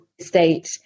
state